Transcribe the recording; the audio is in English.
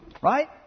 Right